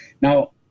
Now